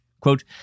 Quote